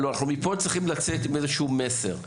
הלא אנחנו מפה צריכים לצאת עם איזשהו מסר.